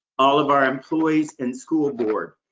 all of our employees and school board,